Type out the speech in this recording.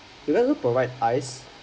you guys also provide ice